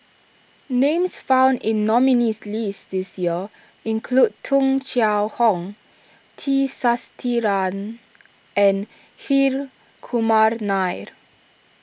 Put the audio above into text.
names found in nominees' list this year include Tung Chye Hong T Sasitharan and Hri Kumar Nair